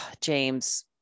james